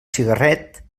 cigarret